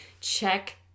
check